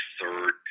third